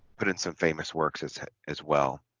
but in some famous works as as well